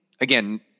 Again